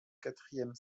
quatrième